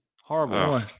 horrible